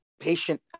patient